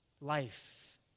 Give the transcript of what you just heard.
life